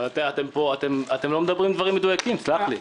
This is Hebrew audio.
אבל אתם לא מדברים דברים מדויקים, סלח לי.